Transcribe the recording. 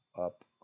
up